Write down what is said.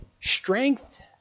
strength